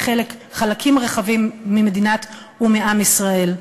לחלקים רחבים ממדינת ומעם ישראל.